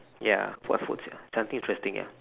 ya what food sia something interesting ya